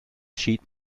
schied